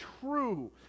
true